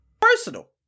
Personal